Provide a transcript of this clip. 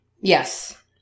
Yes